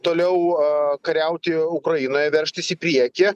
toliau a kariauti ukrainoje veržtis į priekį